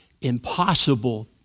impossible